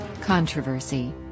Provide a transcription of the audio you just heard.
controversy